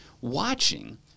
watching